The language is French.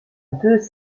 deux